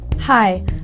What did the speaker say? Hi